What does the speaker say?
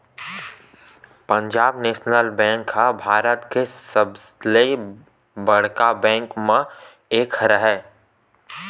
Punjab national bank ह भारत के सबले बड़का बेंक मन म एक हरय